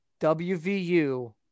wvu